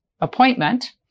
appointment